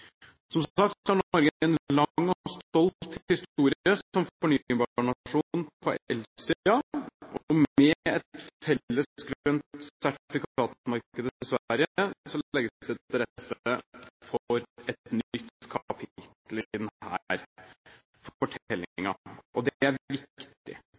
endringer. Som sagt har Norge en lang og stolt historie som fornybarnasjon på elsiden, og med et felles grønt sertifikatmarked med Sverige legges det til rette for et nytt